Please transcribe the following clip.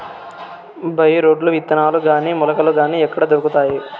By రోడ్లు విత్తనాలు గాని మొలకలు గాని ఎక్కడ దొరుకుతాయి?